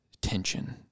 tension